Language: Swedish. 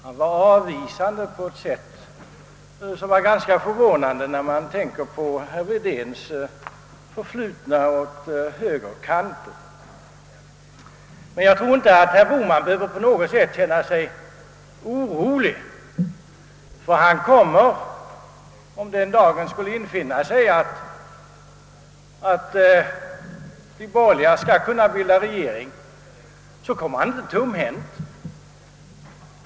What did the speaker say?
Han var avvisande på ett sätt som var ganska förvånande med tanke på att herr Wedén tidigare varit inriktad åt högerkanten. Jag tror inte, att herr Boh man på något sätt behöver känna sig orolig, ty han kommer — om den dagen skulle infinna sig då de borgerliga kan bilda regering — inte tomhänt.